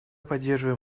поддерживаем